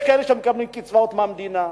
יש כאלה שמקבלים קצבאות מהמדינה,